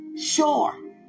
Sure